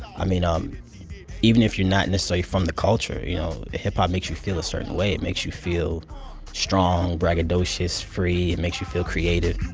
i mean, um even if you're not necessarily from the culture, you know, hip-hop makes you feel a certain way. it makes you feel strong, braggadocios, free. it makes you feel creative